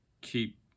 keep